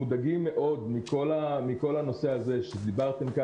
מודאגים מאוד מכל הנושא שדיברתם עליו,